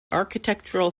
architectural